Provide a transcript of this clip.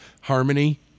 Harmony